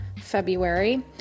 February